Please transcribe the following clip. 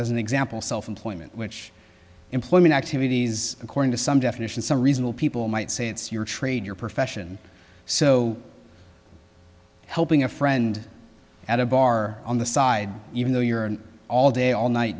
as an example self employment which employment activities according to some definitions some reasonable people might say it's your trade your profession so helping a friend at a bar on the side even though you're an all day all night